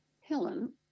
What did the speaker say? Helen